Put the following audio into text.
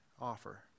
offer